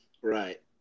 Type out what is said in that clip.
Right